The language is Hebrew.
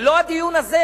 זה דיון אחר.